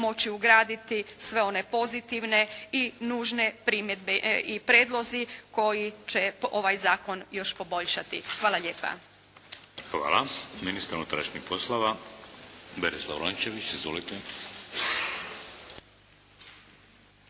moći ugraditi sve one pozitivne i nužne primjedbe i prijedlozi koji će ovaj zakon još poboljšati. Hvala lijepa. **Šeks, Vladimir (HDZ)** Hvala. Ministar unutrašnjih poslova Berislav Rončević. Izvolite.